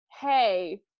Hey